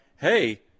hey